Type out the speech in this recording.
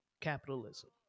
capitalism